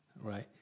right